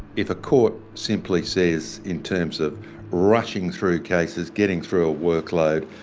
if a court simply says in terms of rushing through cases, getting through a workload,